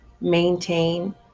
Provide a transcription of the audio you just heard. maintain